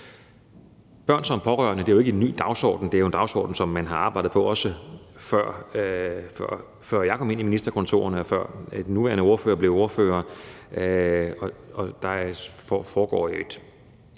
Børn som pårørende er jo ikke en ny dagsorden, det er en dagsorden, som man har arbejdet på, også før jeg kom ind i ministerkontoret, og før den nuværende ordfører blev ordfører, og der foregår jo et